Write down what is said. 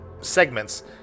segments